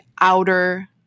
outer